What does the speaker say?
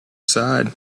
side